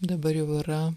dabar jau yra